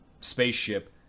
spaceship